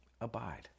abide